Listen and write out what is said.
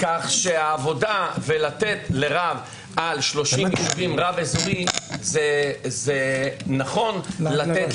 כך שהעבודה ולתת לרב אזורי על 30 יישובים זה נכון לתת